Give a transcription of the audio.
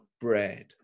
bread